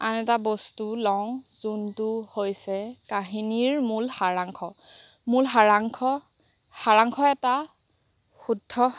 আন এটা বস্তু লওঁ যোনটো হৈছে কাহিনীৰ মূল সাৰাংশ মূল সাৰাংশ সাৰাংশ এটা শুদ্ধ